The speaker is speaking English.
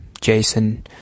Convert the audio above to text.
Jason